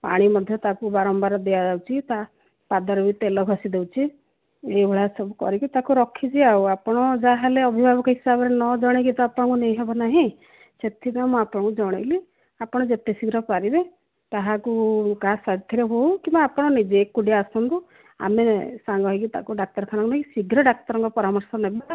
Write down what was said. ପାଣି ମଧ୍ୟ ତାକୁ ବାରମ୍ବାର ଦିଆ ଯାଉଛି ତା ପାଦରେ ବି ତେଲ ଘଷି ଦଉଛି ଏହି ଭଳିଆ ସବୁ କରିକି ତାକୁ ରଖିଛି ଆଉ ଆପଣ ଯାହା ହେଲେ ଅଭିଭାବକ ହିସାବରେ ନ ଜଣେଇକି ତ ଆପଣଙ୍କୁ ନେଇ ହେବ ନାହିଁ ସେଥିପାଇଁ ମୁଁ ଆପଣଙ୍କୁ ଜଣେଇଲି ଆପଣ ଯେତେ ଶୀଘ୍ର ପାରିବେ କାହାକୁ କାହା ସାଥିରେ ହେଉ କିମ୍ବା ଆପଣ ନିଜେ ଏକୁଟିଆ ଆସନ୍ତୁ ଆମେ ସାଙ୍ଗ ହୋଇ ତାକୁ ଡାକ୍ତରଖାନା ନେଇ ଶୀଘ୍ର ଡାକ୍ତରଙ୍କ ପରାମର୍ଶ ନେବା